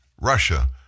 Russia